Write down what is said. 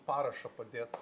parašą padėt